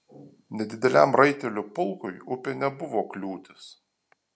nedideliam raitelių pulkui upė nebuvo kliūtis